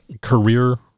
career